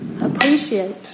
appreciate